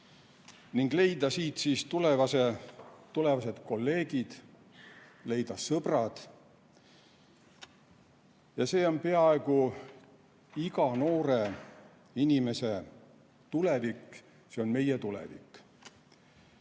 ning leida tulevased kolleegid, leida sõbrad. Ja see on peaaegu iga noore inimese tulevik. See on meie tulevik.